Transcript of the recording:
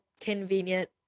convenient